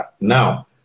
Now